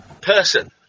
person